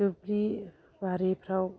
दुब्लि बारिफ्राव